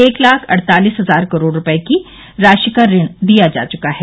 एक लाख अड़तालिस हजार करोड़ रुपए की राशि का ऋण दिया जा चुका है